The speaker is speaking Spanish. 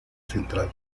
central